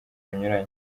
binyuranye